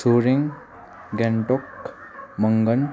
Soreng Gangtok Mangan